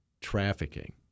trafficking